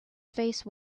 face